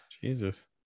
Jesus